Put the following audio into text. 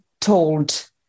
told